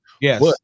Yes